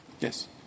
Yes